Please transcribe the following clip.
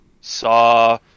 saw